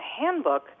handbook